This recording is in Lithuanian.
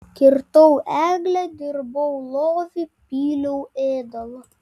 kirtau eglę dirbau lovį pyliau ėdalo